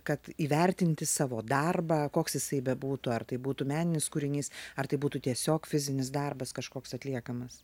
kad įvertinti savo darbą koks jisai bebūtų ar tai būtų meninis kūrinys ar tai būtų tiesiog fizinis darbas kažkoks atliekamas